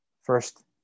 First